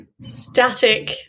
static